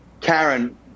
Karen